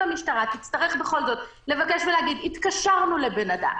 אם המשטרה תצטרך בכל זאת לבקש ולהגיד: "התקשרנו לבן-אדם.